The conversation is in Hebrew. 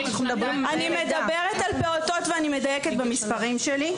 אני מדברת על פעוטות ואני מדייקת במספרים שלי.